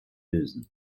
lösen